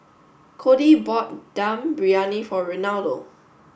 Codi bought Dum Briyani for Renaldo